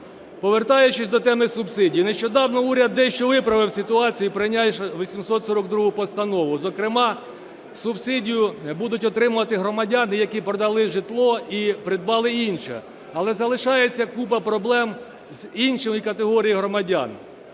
Повертаючись до теми субсидій, нещодавно уряд дещо виправив ситуацію, прийнявши 842 Постанову, зокрема субсидію будуть отримувати громадяни, які продали житло і придбали інше. Але залишається купа проблем з іншою категорією громадян